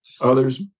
Others